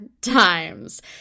times